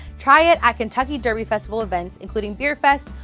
try it at kentucky derby festival events, including beerfest,